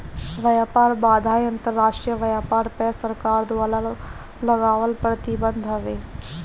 व्यापार बाधाएँ अंतरराष्ट्रीय व्यापार पअ सरकार द्वारा लगावल प्रतिबंध हवे